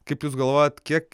kaip jūs galvojat kiek